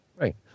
right